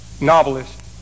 novelist